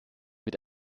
mit